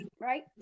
right